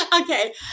Okay